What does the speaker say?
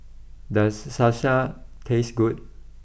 does Salsa taste good